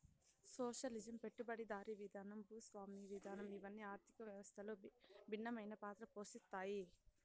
socialism పెట్టుబడిదారీ విధానం భూస్వామ్య విధానం ఇవన్ని ఆర్థిక వ్యవస్థలో భిన్నమైన పాత్ర పోషిత్తాయి